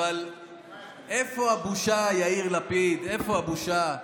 אבל איפה הבושה, יאיר לפיד, איפה הבושה?